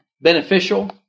beneficial